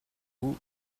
vous